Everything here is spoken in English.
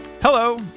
Hello